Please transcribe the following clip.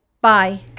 Bye